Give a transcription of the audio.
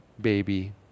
baby